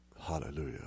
Hallelujah